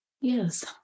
Yes